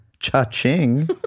Cha-ching